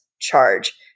charge